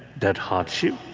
that hardship,